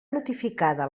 notificada